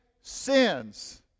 sins